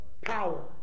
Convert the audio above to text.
power